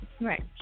Right